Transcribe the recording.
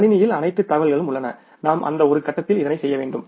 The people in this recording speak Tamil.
கணினியில் அனைத்து தகவல்களும் உள்ளன நாம் அந்த ஒரு கட்டத்தில் இதனை செய்ய வேண்டும்